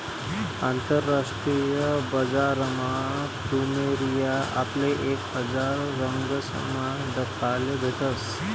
आंतरराष्ट्रीय बजारमा फ्लुमेरिया आपले एक हजार रंगसमा दखाले भेटस